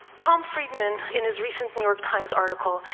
tom friedman, in his recent new york times article,